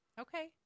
okay